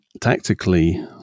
tactically